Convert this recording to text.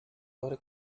veure